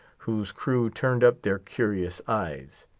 whose crew turned up their curious eyes.